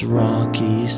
rocky